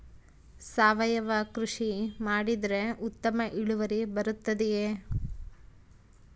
ಸಾವಯುವ ಕೃಷಿ ಮಾಡಿದರೆ ಉತ್ತಮ ಇಳುವರಿ ಬರುತ್ತದೆಯೇ?